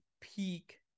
peak